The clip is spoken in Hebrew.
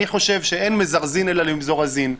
אני חושב שאין מזרזין אלא למזורזים.